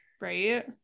right